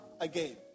again